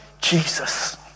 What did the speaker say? Jesus